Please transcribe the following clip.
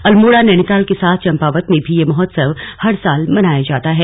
अल्मोड़ा नैनिताल के साथ चम्पावत में भी यह महोत्सव हर साल मनाया जाता है